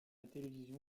télévision